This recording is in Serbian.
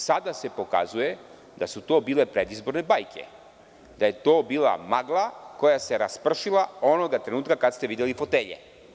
Sada se pokazuje da su to bile predizborne bajke, da je to bila magla koja se raspršila onog trenutka kada ste videli fotelje.